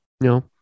no